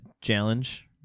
challenge